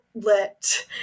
let